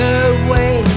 away